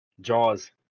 Jaws